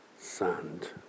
sand